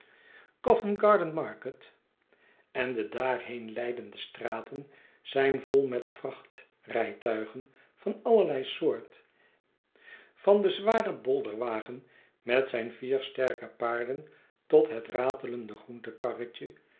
covent-garden-market en de daarheen leidende straten zijn vol met vrachtrijtuigen van allerlei soort van den zwaren bolderwagen met zijne vier sterke paarden tot het ratelende groentekarretje